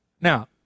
Now